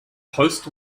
post